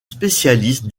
spécialiste